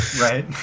right